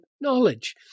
knowledge